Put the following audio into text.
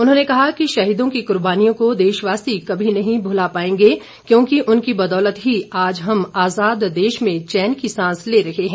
उन्होंने कहा कि शहीदों की कुर्बानियों को देशवासी कभी नहीं भुला पाएंगे क्योंकि उनकी बदौलत ही आज हम आज़ाद देश में चैन की सांस ले रहे हैं